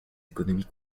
économies